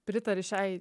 pritari šiai